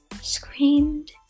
screamed